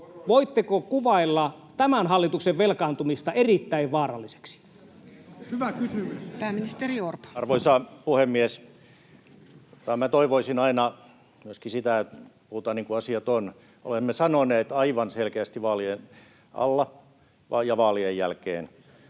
voitteko kuvailla tämän hallituksen velkaantumista erittäin vaaralliseksi? [Juho Eerolan välihuuto] Pääministeri Orpo. Arvoisa puhemies! Toivoisin aina myöskin sitä, että puhutaan niin kuin asiat ovat. Olemme sanoneet aivan selkeästi vaalien alla ja vaalien jälkeen,